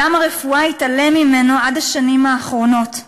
עולם הרפואה התעלם ממנו עד השנים האחרונות: